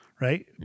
Right